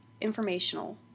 informational